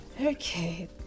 Okay